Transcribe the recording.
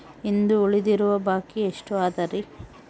ಇಂದು ಉಳಿದಿರುವ ಬಾಕಿ ಎಷ್ಟು ಅದರಿ?